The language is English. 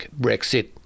Brexit